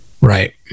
Right